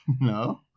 No